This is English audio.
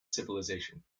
civilization